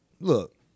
look